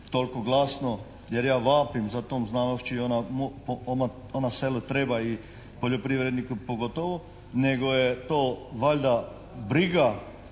toliko glasno, jer ja vapim za tom znanošću i ona selu treba i poljoprivredniku pogotovo, nego je to valjda briga